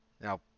Now